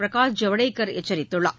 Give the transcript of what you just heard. பிரகாஷ் ஐவுடேகர் எச்சரித்துள்ளார்